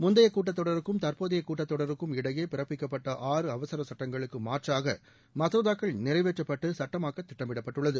முந்தைய கூட்டத்தொடருக்கும் தற்போதைய கூட்டத்தொடருக்கும் இடையே பிறப்பிக்கப்பட்ட ஆறு அவசர சட்டங்களுக்கு மாற்றாக மசோதாக்கள் நிறைவேற்றப்பட்டு சுட்டமாக்க திட்டமிடப்பட்டுள்ளது